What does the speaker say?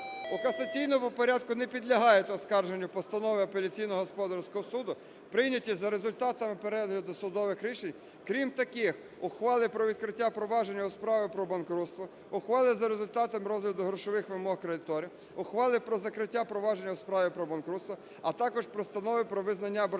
У касаційному порядку не підлягають оскарженню постанови Апеляційного господарського суду, прийняті за результатом перегляду судових рішень, крім таких: ухвали про відкриття провадження у справі про банкрутство, ухвали за результатом розгляду грошових вимог кредиторів, ухвали про закриття провадження у справі про банкрутство, а також постанови